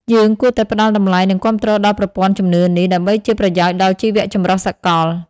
យើងគួរតែផ្តល់តម្លៃ និងគាំទ្រដល់ប្រព័ន្ធជំនឿនេះ ដើម្បីជាប្រយោជន៍ដល់ជីវចម្រុះសកល។